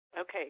Okay